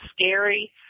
scary